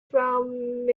from